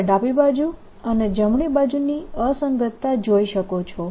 તમે ડાબી બાજુ અને જમણી બાજુની અસંગતતા જોઈ શકો છો